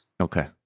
Okay